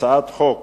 הצעת חוק